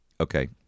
Okay